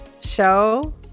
show